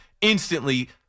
instantly